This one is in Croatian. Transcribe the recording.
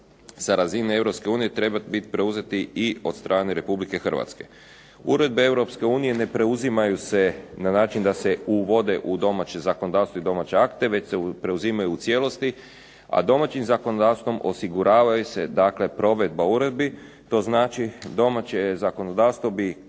unije trebat biti preuzeti i od strane Republike Hrvatske. Uredbe Europske unije ne preuzimaju se na način da se uvode u domaće zakonodavstvo i domaće akte već se preuzimaju u cijelosti, a domaćim zakonodavstvom osiguravaju se dakle provedba uredbi. To znači domaće zakonodavstvo bi